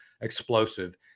explosive